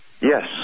Yes